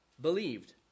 believed